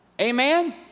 Amen